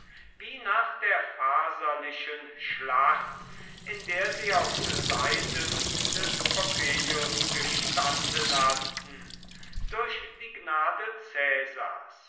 wie nach der pharsalischen schlacht in der sie auf seiten des pompeius gestanden hatten durch die gnade